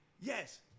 Yes